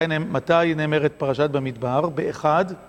מתי נאמרת פרשת במדבר? באחד